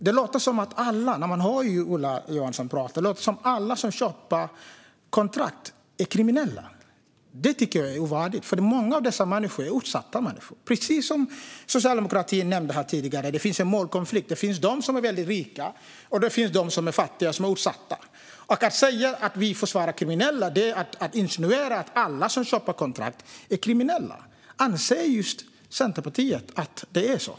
När man lyssnar på Ola Johansson låter det på honom som att alla som köper kontrakt är kriminella. Det tycker jag är ovärdigt, för många av dessa människor är utsatta. Precis som socialdemokraterna nämnde här tidigare finns det en målkonflikt. Det finns de som är väldigt rika, och så finns det de som är fattiga och utsatta. Att säga att vi försvarar kriminella är att insinuera att alla som köper kontrakt är kriminella. Anser Centerpartiet att det är så?